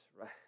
right